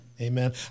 Amen